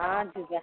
ହଁ ଯିବା